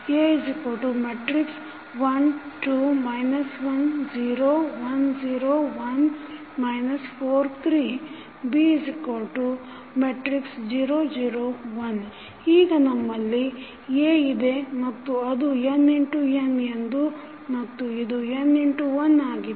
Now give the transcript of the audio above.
A1 2 1 0 1 0 1 4 3 B0 0 1 ಈಗ ನಮ್ಮಲ್ಲಿ A ಇದೆ ಮತ್ತು ಅದು n x n ಎಂದೂ ಮತ್ತು ಇದು n x1 ಆಗಿದೆ